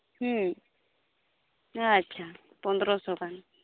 ᱸ ᱟᱪᱪᱷᱟ ᱯᱚᱸᱫᱨᱚ ᱥᱚ ᱜᱟᱱ